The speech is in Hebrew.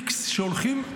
איקס שהולכים,